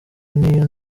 niyo